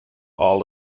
all